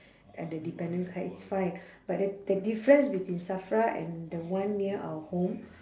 and the dependent card is fine but the the difference between safra and the one near our home